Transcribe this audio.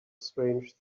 strange